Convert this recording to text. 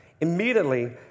Immediately